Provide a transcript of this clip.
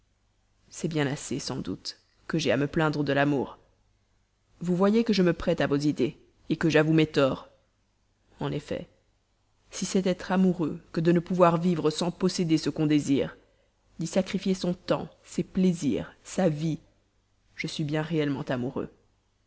c'est bien assez sans doute que j'aie à me plaindre de l'amour vous voyez que je me prête à vos idées que j'avoue mes torts en effet si l'amour est de ne pouvoir vivre sans posséder ce qu'on désire d'y sacrifier son temps ses plaisirs sa vie je suis bien réellement amoureux